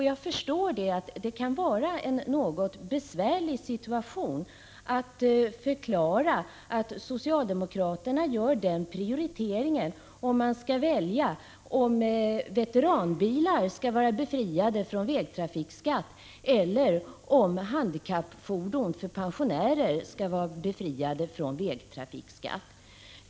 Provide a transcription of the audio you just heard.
Jag förstår också att det kan vara en något besvärlig situation att förklara socialdemokraternas val om de tvingas prioritera mellan att antingen veteranbilar eller handikappfordon för pensionärer skall vara befriade från vägtrafikskatt.